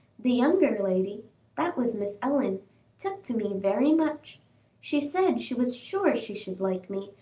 the younger lady that was miss ellen took to me very much she said she was sure she should like me,